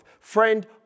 Friend